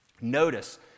Notice